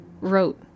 wrote